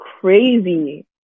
crazy